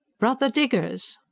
brother diggers!